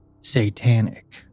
satanic